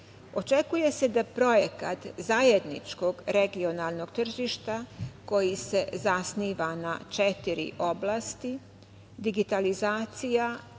Očekuje se da projekat zajedničkog regionalnog tržišta, koji se zasniva na četiri oblasti: digitalizacija,